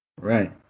Right